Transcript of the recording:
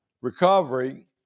recovery